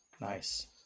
Nice